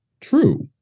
True